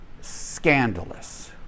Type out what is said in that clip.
scandalous